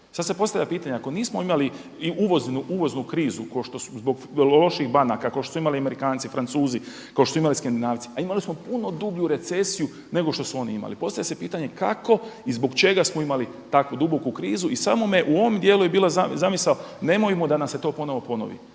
Sad se postavlja pitanje, ako nismo imali uvoznu krizu kao što smo loših banaka kao što su imali Amerikanci, Francuzi, kao što su imali skandinavci, a imali smo puno dublju recesiju nego što su oni imali. Postavlja se pitanje kako i zbog čega smo imali takvu duboku krizu i samo me, u ovom djelu je bila zamisao nemojmo da nam se to ponovno ponovi,